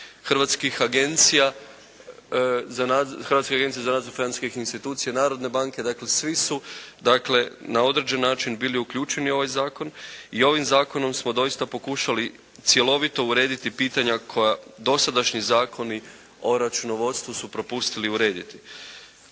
Hrvatske agencije za nadzor financijskih institucija, Narodne banke, dakle svi su na određen način bili uključeni u ovaj Zakon, i ovim Zakonom smo doista pokušali cjelovito urediti pitanja koja dosadašnji Zakoni o računovodstvu su propustili urediti.